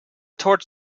torch